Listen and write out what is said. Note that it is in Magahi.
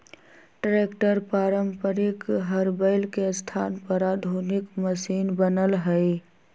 ट्रैक्टर पारम्परिक हर बैल के स्थान पर आधुनिक मशिन बनल हई